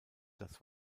das